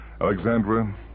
Alexandra